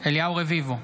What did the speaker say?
אליהו רביבו,